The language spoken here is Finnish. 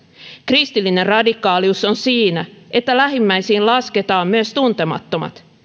kristillinen radikaalius on siinä että lähimmäisiin lasketaan myös tuntemattomat